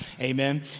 Amen